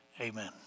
Amen